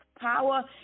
power